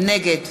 נגד